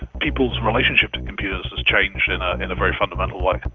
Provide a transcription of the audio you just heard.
people's relationship to computers has changed in ah in a very fundamental way.